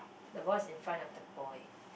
the boy is in front of the boy